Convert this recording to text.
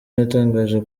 yatangaje